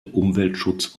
umweltschutz